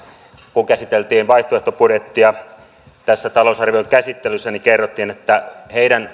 kun käsiteltiin vaihtoehtobudjettia tässä talousarvion käsittelyssä kerrottiin että heidän